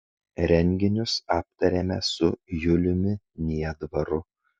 renginius aptarėme su juliumi niedvaru